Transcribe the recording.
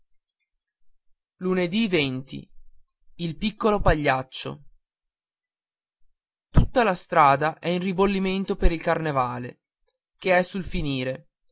padre il piccolo pagliaccio udì utta la città è in ribollimento per il carnevale che è sul finire